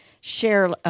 share